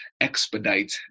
expedite